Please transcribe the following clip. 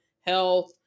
health